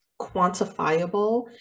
quantifiable